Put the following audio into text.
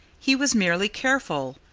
he was merely careful.